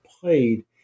played